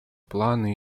плана